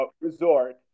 resort